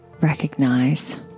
Recognize